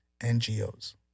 NGOs